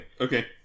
Okay